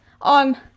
on